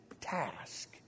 task